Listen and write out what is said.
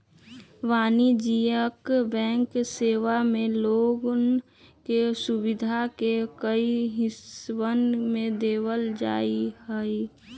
वाणिज्यिक बैंक सेवा मे लोन के सुविधा के कई हिस्सवन में देवल जाहई